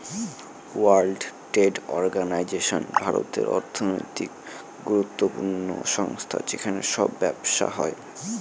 world trade organisation পৃথিবীর অর্থনৈতিক গুরুত্বপূর্ণ সংস্থা যেখানে সব ব্যবসা হয়